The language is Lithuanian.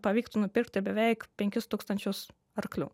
pavyktų nupirkti beveik penkis tūkstančius arklių